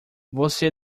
você